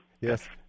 yes